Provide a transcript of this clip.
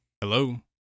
Hello